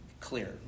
clear